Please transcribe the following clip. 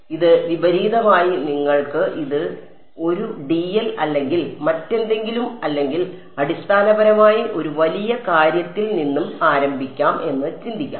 അതിനാൽ ഇത് വിപരീതമായി നിങ്ങൾക്ക് ഇത് 1 dl അല്ലെങ്കിൽ മറ്റെന്തെങ്കിലും അല്ലെങ്കിൽ അടിസ്ഥാനപരമായി ഒരു വലിയ കാര്യത്തിൽ നിന്ന് ആരംഭിക്കാം എന്ന് ചിന്തിക്കാം